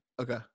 Okay